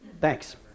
Thanks